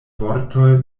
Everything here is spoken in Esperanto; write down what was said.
vortoj